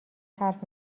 حرف